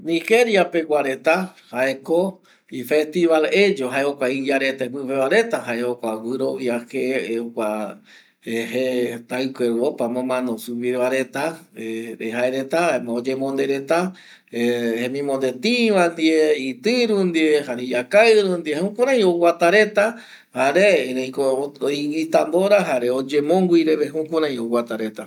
Nigeria pegua reta jeko y festival Eyo jae jokua reta iyarete jae jokua gurovia je va taikuegua opama omano sugüiretava ˂hesitation˃ jaereta jaema oyemonde reta jemimonde tï va ndie jaema jukurei oguata reta